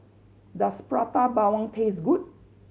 does Prata Bawang taste good